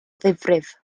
ddifrif